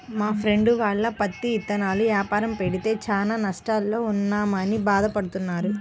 మా ఫ్రెండు వాళ్ళు పత్తి ఇత్తనాల యాపారం పెడితే చానా నష్టాల్లో ఉన్నామని భాధ పడతన్నారు